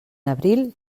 abril